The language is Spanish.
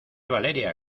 valeria